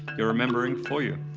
your remembering for you.